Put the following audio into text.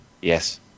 Yes